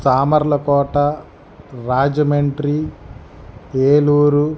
Samarlakota Rajahmundry Eluru